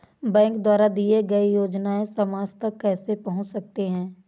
Bank द्वारा दिए गए योजनाएँ समाज तक कैसे पहुँच सकते हैं?